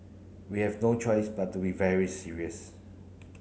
we have no choice but to be very serious